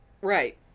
Right